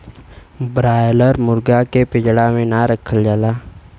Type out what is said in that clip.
broiler मुरगा के पिजड़ा में ना रखल जाला